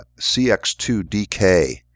CX2DK